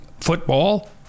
football